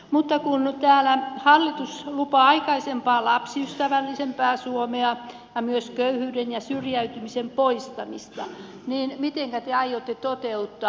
mutta kun täällä hallitus lupaa aikaisempaa lapsiystävällisempää suomea ja myös köyhyyden ja syrjäytymisen poistamista niin mitenkä te aiotte sen toteuttaa